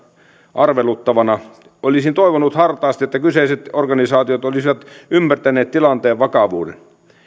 arveluttavana olisin toivonut hartaasti että kyseiset organisaatiot olisivat ymmärtäneet tilanteen vakavuuden